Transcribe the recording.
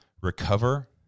recover